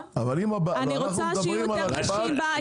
אני רוצה שיהיו יותר נשים בהיי-טק.